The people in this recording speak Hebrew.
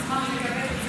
ואשמח לקבל את זה בכתב.